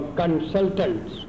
consultants